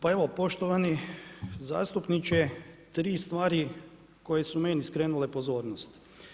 Pa evo poštovani zastupniče, tri stvari koje su meni skrenule pozornost.